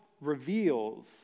reveals